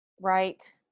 Right